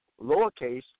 lowercase